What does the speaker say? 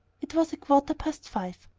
it was a quarter past five.